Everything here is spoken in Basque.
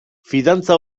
fidantza